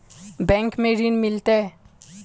Bank में ऋण मिलते?